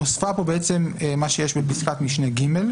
נוספה פה מה שיש בפסקת משנה (ג),